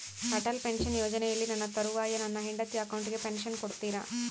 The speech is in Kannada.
ಅಟಲ್ ಪೆನ್ಶನ್ ಯೋಜನೆಯಲ್ಲಿ ನನ್ನ ತರುವಾಯ ನನ್ನ ಹೆಂಡತಿ ಅಕೌಂಟಿಗೆ ಪೆನ್ಶನ್ ಕೊಡ್ತೇರಾ?